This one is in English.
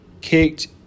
kicked